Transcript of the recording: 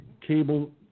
cable